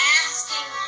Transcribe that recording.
asking